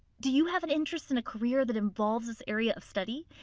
do you have an interest in a career that involves this area of study?